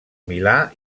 milà